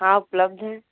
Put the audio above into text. हाँ उपलब्ध हैं